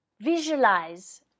Visualize